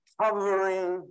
covering